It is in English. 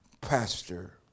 pastor